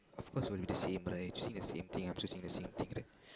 of course will be same right you're seeing the same thing I'm still saying the same thing right